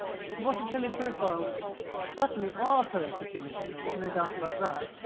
the botticelli profiles certainly are poetic images, there's no doubt about that,